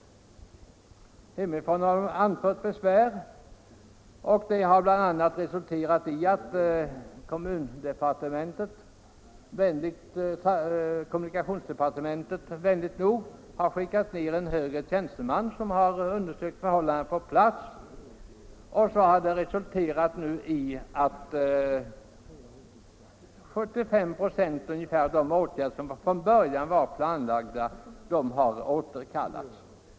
Min kommun anförde besvär. Det fick bl.a. till följd att kommunikationsdepartementet vänligt nog skickade ned en högre tjänsteman för att undersöka förhållandena på platsen. Resultatet blev att 75 96 av de åtgärder som från början var planlagda har återkallats.